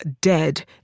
dead